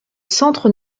centre